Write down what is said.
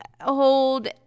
hold